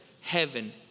Heaven